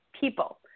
people